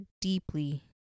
deeply